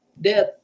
death